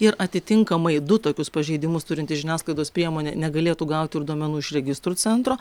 ir atitinkamai du tokius pažeidimus turinti žiniasklaidos priemonė negalėtų gauti ir duomenų iš registrų centro